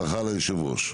בהצלחה ליושב-ראש.